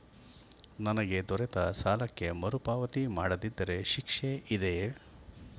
ನನಗೆ ದೊರೆತ ಸಾಲಕ್ಕೆ ಮರುಪಾವತಿ ಮಾಡದಿದ್ದರೆ ಶಿಕ್ಷೆ ಇದೆಯೇ?